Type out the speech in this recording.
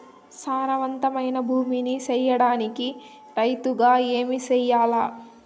సారవంతమైన భూమి నీ సేయడానికి రైతుగా ఏమి చెయల్ల?